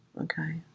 Okay